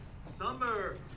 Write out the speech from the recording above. summer